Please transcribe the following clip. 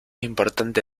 importante